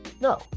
No